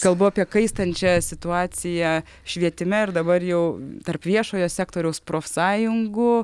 kalbu apie kaistančią situaciją švietime ir dabar jau tarp viešojo sektoriaus profsąjungų